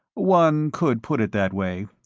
one could put it that way.